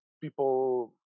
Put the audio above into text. people